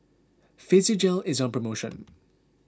Physiogel is on promotion